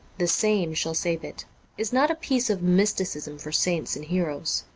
the same shall save it is not a piece of mysticism for saints and heroes.